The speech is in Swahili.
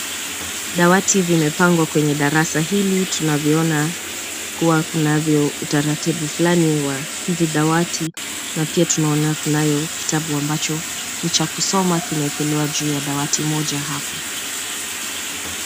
Dawati vimepangwa kwenye darasa hili tunavyoona kuwa kunavyo utaratibu fulani wa hizi dawati na pia tunaona kunayo kitabu ambacho ni cha kusoma kimeekelewa juu ya dawati moja hapo.